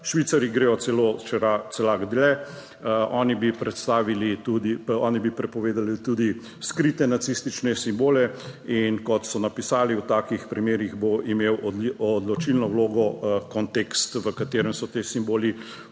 Švicarji gredo celo korak dlje, oni bi prepovedali tudi skrite nacistične simbole in kot so napisali, v takih primerih bo imel odločilno vlogo kontekst, v katerem so ti simboli